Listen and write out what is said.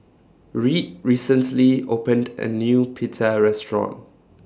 Reed recently opened A New Pita Restaurant